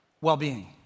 well-being